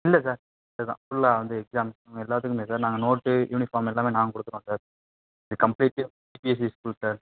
இல்லை சார் இதான் ஃபுல்லாக வந்து எக்ஸாம் எல்லாத்துக்குமே சார் நாங்கள் நோட்டு யூனிஃபார்ம் எல்லாமே நாங்கள் கொடுத்துருவோம் சார் இது கம்ப்ளீட்லி சிபிஎஸ்சி ஸ்கூல் சார்